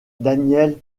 daniel